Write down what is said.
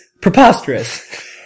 preposterous